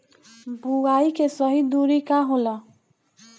बुआई के सही दूरी का होला?